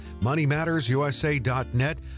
MoneyMattersUSA.net